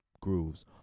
grooves